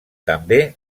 també